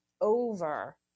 over